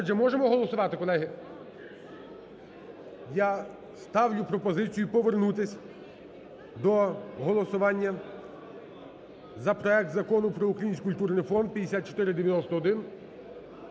Отже, можемо голосувати, колеги? Я ставлю пропозиції повернутись до голосування за проект Закону про Український культурний фонд (5491).